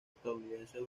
estadounidenses